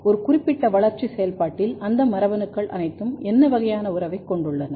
ஒரு குறிப்பிட்ட வளர்ச்சி செயல்பாட்டில் அந்த மரபணுக்கள் அனைத்தும் என்ன வகையான உறவைக் கொண்டுள்ளன